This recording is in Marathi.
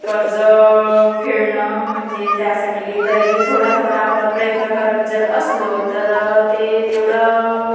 कर्ज फेडणं म्हणजे त्यासाठी तरी थोडा थोडा आपण प्रयत्न करत जर असलो तर ते तेवढं